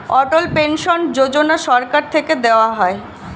অটল pension যোজনা সরকার থেকে দেওয়া হয়